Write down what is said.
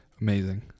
Amazing